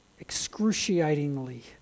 excruciatingly